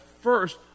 first